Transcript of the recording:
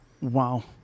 Wow